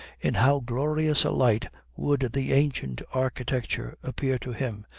in how glorious a light would the ancient architecture appear to him!